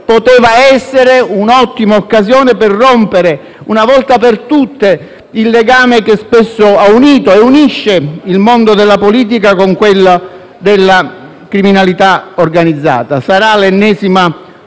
poteva essere un'ottima occasione per rompere una volta per tutte il legame che spesso ha unito e unisce il mondo della politica con quello della criminalità organizzata. Sarà l'ennesima